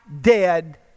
dead